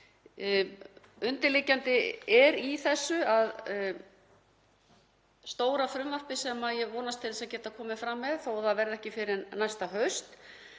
undirliggjandi í þessu er að í stóra frumvarpinu sem ég vonast til að geta komið fram með, þó að það verði ekki fyrr en næsta haust,